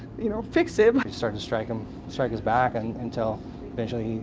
you know fix it certain strike him seconds back and and tell the